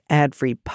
ad-free